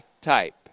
type